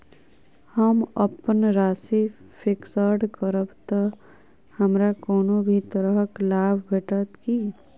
हम अप्पन राशि फिक्स्ड करब तऽ हमरा कोनो भी तरहक लाभ भेटत की?